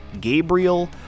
Gabriel